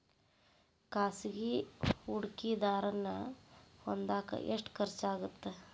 ಖಾಸಗಿ ಹೂಡಕೆದಾರನ್ನ ಹೊಂದಾಕ ಎಷ್ಟ ಖರ್ಚಾಗತ್ತ